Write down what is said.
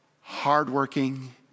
hardworking